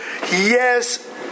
yes